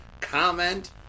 comment